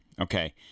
Okay